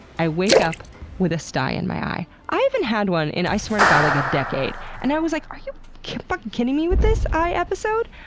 i wake up with a sty in my eye! i haven't had one in, i swear to god, like a decade. and i was like, are you fuck fucking kidding me with this, eye episode?